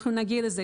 אנחנו נגיע לזה.